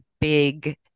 big